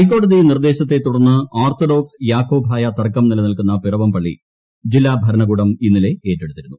ഹൈക്കോടതി നിർദ്ദേശത്തെ തുടർന്ന് ഓർത്തഡോക്സ് യാക്കോബായ തർക്കം നിലനിൽക്കുന്ന പിറവം പള്ളി ജില്ലാഭരണകൂടം ഇന്നലെ ഏറ്റെടുത്തിരുന്നു